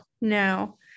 no